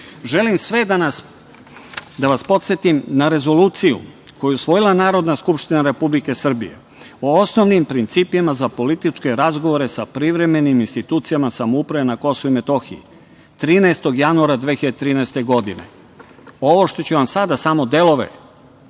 želim sve da vas podsetim na Rezoluciju, koju je usvojila Narodna skupština Republike Srbije, o osnovnim principima za političke razgovore sa privremenim institucijama samoupravljanja na Kosovu i Metohiji, 13. januara 2013. godine. Ovo što ću vam sada, samo delove,